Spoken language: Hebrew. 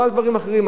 לא על דברים אחרים,